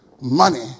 money